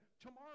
tomorrow